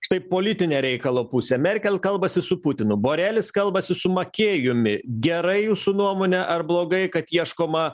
štai politinė reikalo pusė merkel kalbasi su putinu borėlis kalbasi su makėjumi gerai jūsų nuomone ar blogai kad ieškoma